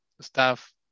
staff